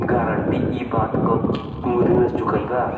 guarantee इ बात क कि तू ऋण चुकइबा